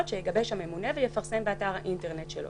שיגבש הממונה ויפרסם באתר האינטרנט שלו".